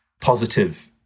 positive